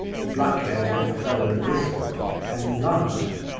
the black-haired young fellow whistled, and then laughed.